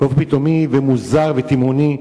מוזר ותימהוני,